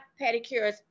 pedicures